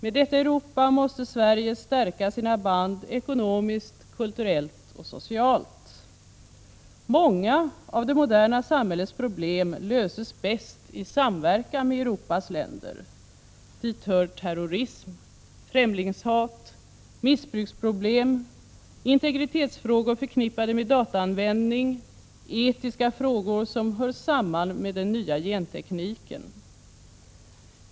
Med detta Europa måste Sverige stärka sina band ekonomiskt, kulturellt och socialt. Många av det moderna samhällets problem löses bäst i samverkan med Europas länder. Dit hör terrorism, främlingshat, missbruksproblem, integritetsfrågor förknippade med dataanvändning, och etiska frågor som hör samman med den nya gentekniken.